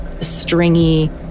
stringy